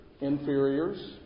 inferiors